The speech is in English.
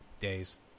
days